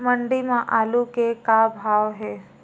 मंडी म आलू के का भाव हे?